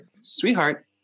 sweetheart